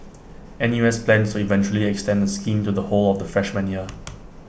N U S plans to eventually extend the scheme to the whole of the freshman year